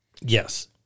yes